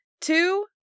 Two